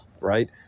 right